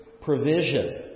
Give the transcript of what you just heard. provision